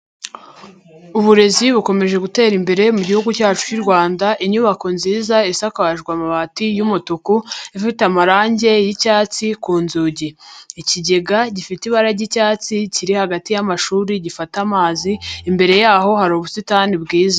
Uburezi bukomeje gutera imbere mu mugihugu cyacu cy'u Rwanda, inyubako nziza isakajwe amabati y'umutuku, ifite amarange yi'cyatsi ku nzugi. Ikigega gifite ibara ry'icyatsi kiri hagati y'amashuri, gifata amazi, imbere yaho hari ubusitani bwiza.